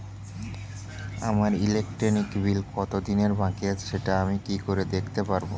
আমার electric bill কত দিনের বাকি আছে সেটা আমি কি করে দেখতে পাবো?